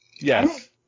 Yes